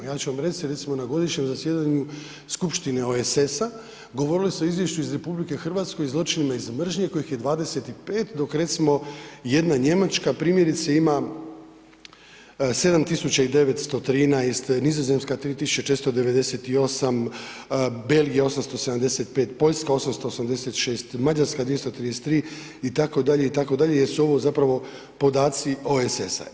Ja ću vam reći, recimo na godišnjem zasjedanju Skupštine OESS-a govorilo se o izvješću iz RH i zločinima iz mržnje kojih je 25 dok recimo jedna Njemačka primjerice ima 7913, Nizozemska 3498, Belgija 875, Poljska 886, Mađarska 233 itd., itd. jer su ovo podaci OESS-a.